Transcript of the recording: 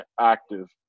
active